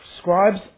scribes